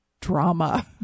drama